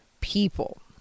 people